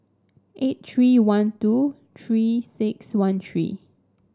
eight three one two Three six one three